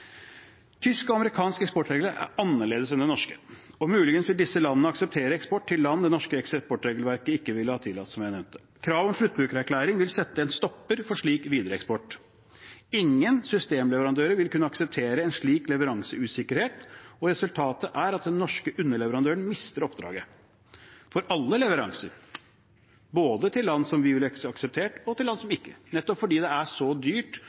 Tyske og amerikanske eksportregler er annerledes enn de norske, og muligens vil disse landene akseptert eksport til land det norske eksportregelverket ikke ville ha tillatt, som jeg nevnte. Kravet om sluttbrukererklæring vil sette en stopper for slik videreeksport. Ingen systemleverandører vil kunne akseptere en slik leveranseusikkerhet, og resultatet blir at den norske underleverandøren mister oppdraget for alle leveranser, både til land som vi ville akseptert, og til land som vi ikke ville akseptert. Fordi det er så dyrt